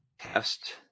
Test